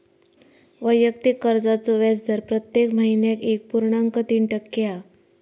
वैयक्तिक कर्जाचो व्याजदर प्रत्येक महिन्याक एक पुर्णांक तीन टक्के हा